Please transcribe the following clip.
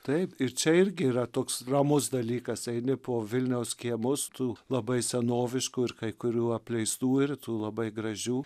taip ir čia irgi yra toks ramus dalykas eini po vilniaus kiemus tų labai senoviškų ir kai kurių apleistų ir tų labai gražių